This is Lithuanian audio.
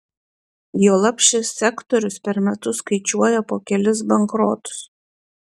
juolab šis sektorius per metus skaičiuoja po kelis bankrotus